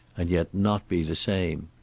and yet not be the same.